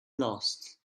lost